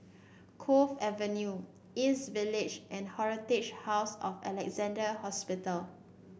Cove Avenue East Village and Historic House of Alexandra Hospital